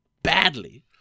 Badly